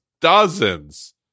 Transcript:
dozens